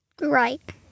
Right